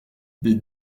des